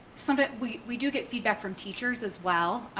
sometimes we do get feedback from teachers as well.